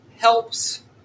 helps